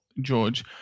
George